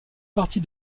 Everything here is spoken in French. partie